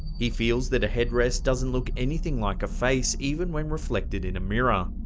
he feels that a headrest doesn't look anything like a face, even when reflected in a mirror,